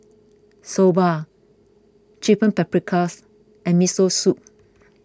Soba Chicken Paprikas and Miso Soup